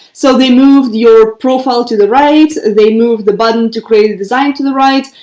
so they move your profile to the right, they move the button to create a design to the right.